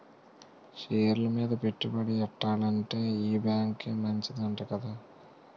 షేర్లు మీద పెట్టుబడి ఎట్టాలంటే ఈ బేంకే మంచిదంట కదా